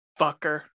fucker